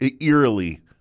eerily